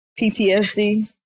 PTSD